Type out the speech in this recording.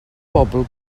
bobl